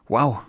Wow